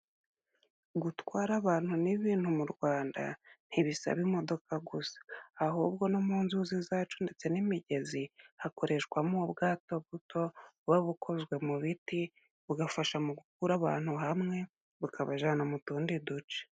Gutwara abantu n'ibintu mu Rwanda ntibisaba imodoka gusa. Ahubwo no mu nzuzi zacu ndetse n'imigezi hakoreshwamo ubwato buto buba bukozwe mu biti bugafasha mu gukura abantu hamwe bukabajana mu tundi duce.